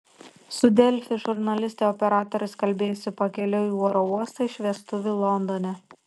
su delfi žurnaliste operatorius kalbėjosi pakeliui į oro uostą iš vestuvių londone